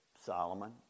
Solomon